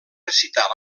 recitar